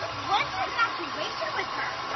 what is your infatuation with her?